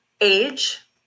age